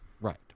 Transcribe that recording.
Right